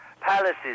Palaces